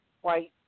white